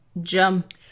jump